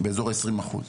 באזור העשרים אחוז.